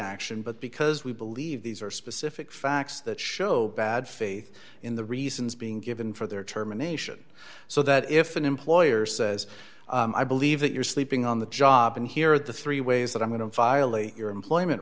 action but because we believe these are specific facts that show bad faith in the reasons being given for their terminations so that if an employer says i believe that you're sleeping on the job and here are the three ways that i'm going to violate your employment